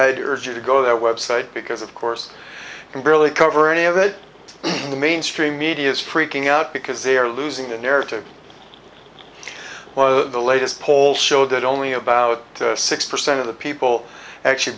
i'd urge you to go that website because of course you can barely cover any of it in the mainstream media is freaking out because they are losing the narrative was the latest poll showed that only about six percent of the people actually